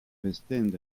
estenderlo